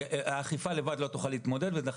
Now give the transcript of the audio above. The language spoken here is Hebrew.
והאכיפה לבד לא תוכל להתמודד ולכן